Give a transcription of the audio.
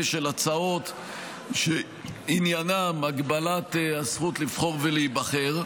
של הצעות שעניינן הגבלת הזכות לבחור ולהיבחר,